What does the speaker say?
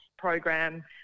Program